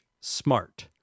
smart